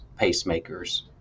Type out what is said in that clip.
pacemakers